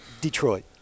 Detroit